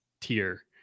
tier